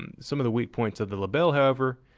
um some of the weak points of the lebel, however,